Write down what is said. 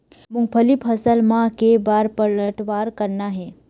मूंगफली फसल म के बार पलटवार करना हे?